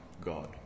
God